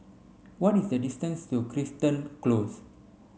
what is the distance to Crichton Close